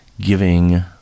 giving